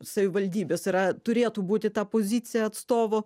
savivaldybės yra turėtų būti ta pozicija atstovo